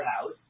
house